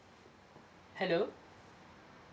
hello